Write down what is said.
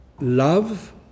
Love